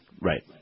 Right